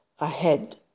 ahead